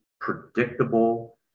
predictable